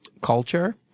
Culture